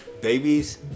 babies